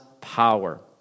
power